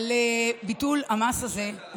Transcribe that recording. אחרי שבירכתי על ביטול המס הזה,